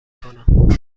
کنم